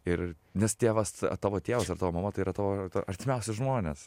ir nes tėvas tavo tėvas ar tavo mama tai yra tavo artimiausi žmonės